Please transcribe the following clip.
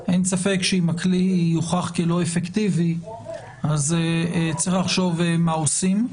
אין ספק שאם הכלי יוכח כלא אפקטיבי אז צריך לחשוב מה עושים.